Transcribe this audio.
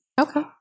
Okay